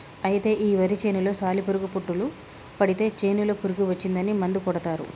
అయితే ఈ వరి చేనులో సాలి పురుగు పుట్టులు పడితే చేనులో పురుగు వచ్చిందని మందు కొడతారు